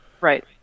Right